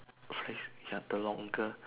ya the longer